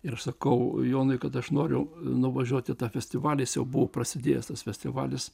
ir aš sakau jonai kad aš noriu nuvažiuot į tą festivalis jau buvo prasidėjęs tas festivalis